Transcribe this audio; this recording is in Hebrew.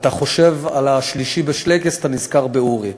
אתה חושב על ה"שלישי בשלייקעס" ואתה נזכר באורי.